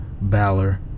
Balor